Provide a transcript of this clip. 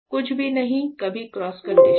कुछ भी नहीं सभी क्रॉस कंडीशन